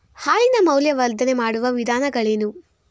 ಹಾಲಿನ ಮೌಲ್ಯವರ್ಧನೆ ಮಾಡುವ ವಿಧಾನಗಳೇನು?